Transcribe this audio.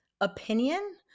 opinion